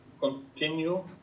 continue